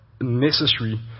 necessary